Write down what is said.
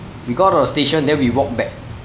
we got out of the station then we walked back